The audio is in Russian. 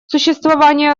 существование